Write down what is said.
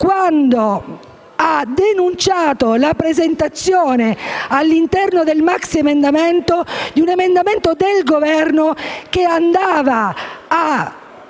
quando ha denunciato l'inserimento, all'interno del maxiemendamento, di un emendamento del Governo che andava a